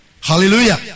Hallelujah